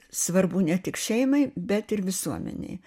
svarbu ne tik šeimai bet ir visuomenei